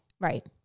right